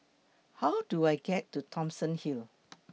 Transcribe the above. How Do I get to Thomson Hill